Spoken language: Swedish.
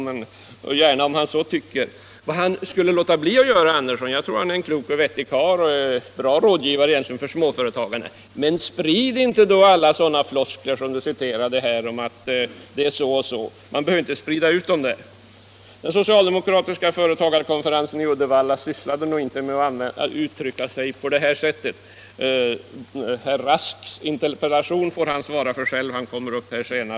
Vad herr Andersson bör låta bli att göra — jag tror att han är en klok och vettig karl och egentligen en bra rådgivare för småföretagarna — är att sprida alla sådana floskler som de citerade —- de behöver inte spridas ut. Den socialdemokratiska företagarkonferensen i Uddevalla sysslade nog inte med att uttrycka sig på det sättet. Herr Rasks interpellation får han svara för själv. Den kommer upp här senare.